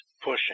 pushing